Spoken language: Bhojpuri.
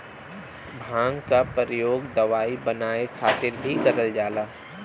भांग क परयोग दवाई बनाये खातिर भीं करल जाला